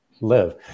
live